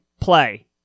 play